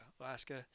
Alaska